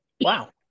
Wow